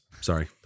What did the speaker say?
Sorry